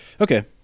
Okay